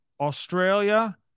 Australia